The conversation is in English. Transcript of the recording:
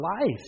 life